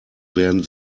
werden